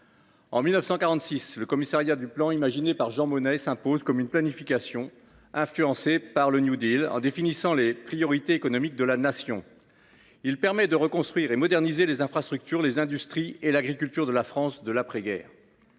En 1946, le Commissariat général du plan, imaginé par Jean Monnet, s’impose comme une planification influencée par le en définissant les priorités économiques de la Nation. Il permet de reconstruire et moderniser les infrastructures, les industries et l’agriculture de la France de l’après guerre.